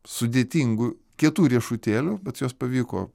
sudėtingų kietų riešutėlių bet juos pavyko